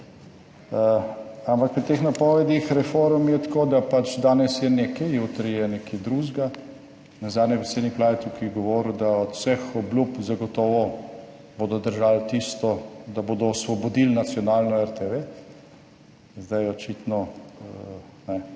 Ampak pri teh napovedih reform je tako, da pač danes je nekaj, jutri je nekaj drugega. Nazadnje predsednik Vlade tukaj govoril, da od vseh obljub zagotovo bodo držali tisto, da bodo osvobodili nacionalno RTV. Zdaj očitno